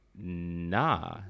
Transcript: Nah